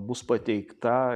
bus pateikta